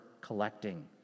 collecting